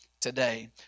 today